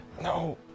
no